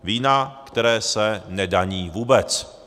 Vína, které se nedaní vůbec.